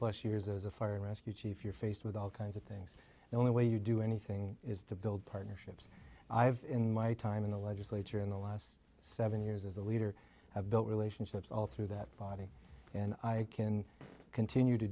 plus years as a fire and rescue chief you're faced with all kinds of things the only way you do anything is to build partnerships i've in my time in the legislature in the last seven years as a leader have built relationships all through that body and i can continue to